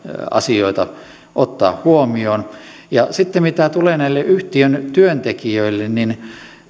asioita ottaa huomioon ja sitten mitä tulee näihin yhtiön työntekijöihin niin